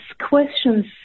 questions